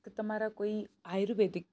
કે તમારા કોઈ આયુર્વેદિક